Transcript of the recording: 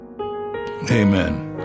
Amen